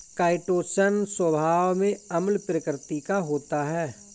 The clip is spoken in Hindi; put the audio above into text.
काइटोशन स्वभाव में अम्ल प्रकृति का होता है